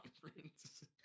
conference